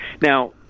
Now